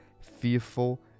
fearful